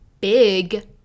big